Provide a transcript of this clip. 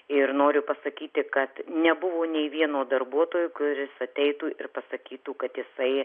ir noriu pasakyti kad nebuvo nė vieno darbuotojo kuris ateitų ir pasakytų kad jisai